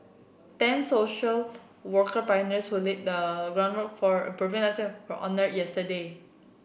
ten social worker pioneers who laid the groundwork for improving lives were honoured yesterday